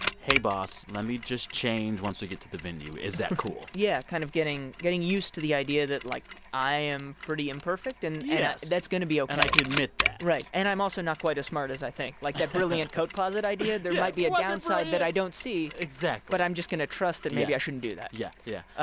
hey, boss, let me just change once we get to the venue. is that cool? yeah, kind of getting getting used to the idea that, like, i am pretty imperfect, and that's going to be ok yes. and i can admit that right. and i'm also not quite as smart as i think. like, that brilliant coat closet idea, there might be a downside that i don't see exactly but i'm just going to trust that maybe i shouldn't do that yeah yeah, ah